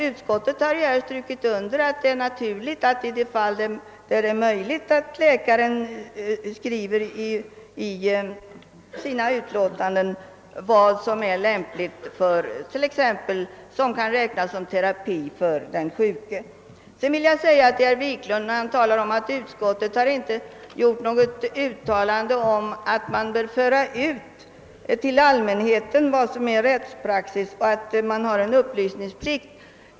Utskottet har ju här strukit under att det är naturligt att, i de fall där det är möjligt, läkaren skriver i sina utlåtanden vad som t.ex. kan räknas som terapi för den sjuke. Vidare talar herr Wiklund om att utskottet inte har gjort något uttalande om att man bör föra ut till allmänheten vad som är rättspraxis och att man har upplysningsplikt.